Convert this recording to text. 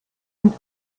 und